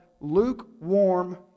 lukewarm